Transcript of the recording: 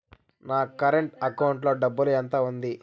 నా current account లో డబ్బులు ఎంత ఉంది?